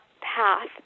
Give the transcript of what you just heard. path